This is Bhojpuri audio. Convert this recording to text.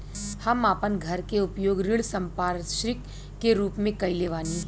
हम आपन घर के उपयोग ऋण संपार्श्विक के रूप में कइले बानी